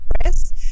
press